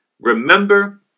remember